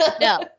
no